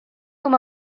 com